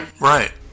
right